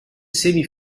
semi